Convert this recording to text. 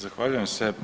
Zahvaljujem se.